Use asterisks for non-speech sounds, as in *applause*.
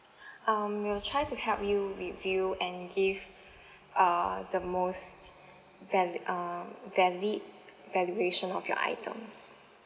*breath* um we'll try to help you review and give uh the most val~ uh valid valuation of your items